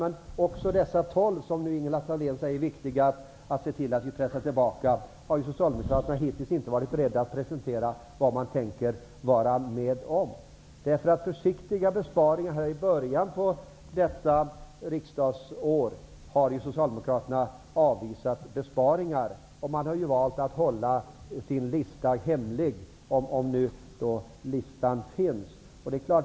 Men angående de 12 miljarderna, som Ingela Thalén säger är viktiga att pressa tillbaka, har Socialdemokraterna hittills inte varit beredda att presentera något förslag. Socialdemokraterna avvisade förslag till försiktiga besparingar i början av detta riksdagsår. De har ju valt att hålla sin lista hemlig -- om nu ''listan'' finns.